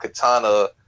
Katana